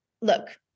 look